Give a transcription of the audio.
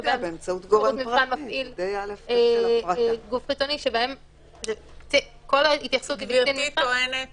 שגם שם שירות המבחן מפעיל גוף חיצוני --- גברתי טוענת